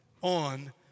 on